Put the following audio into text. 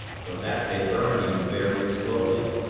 for that they burn you very slowly.